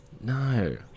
No